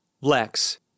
Lex